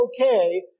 okay